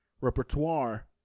repertoire